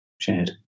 shared